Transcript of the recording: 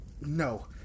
No